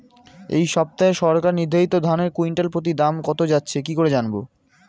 এই সপ্তাহে সরকার নির্ধারিত ধানের কুইন্টাল প্রতি দাম কত যাচ্ছে কি করে জানবো?